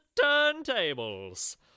turntables